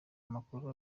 amakuru